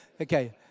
Okay